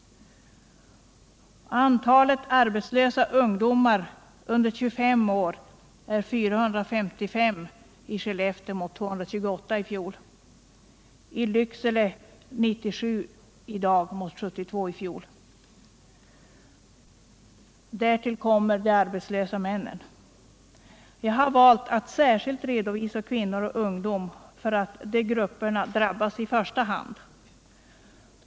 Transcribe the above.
Antalet arbetslösa ungdomar under 25 år är i Skellefteå 455 mot 228 i fjol och i Lycksele 97 mot 72 i fjol. Därtill kommer de arbetslösa männen. Jag har valt att särskilt redovisa kvinnor och ungdom eftersom de grupperna drabbas i första hand.